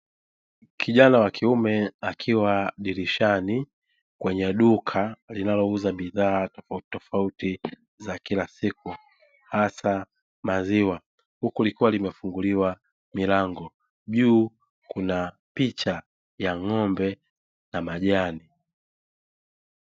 Kijana wa kiume akiwa dirishani kwenye duka linalouza bidhaa tofautitofauti za kila siku hasa maziwa, huku likiwa limefunguliwa milango; juu kuna picha ya ng'ombe na majani.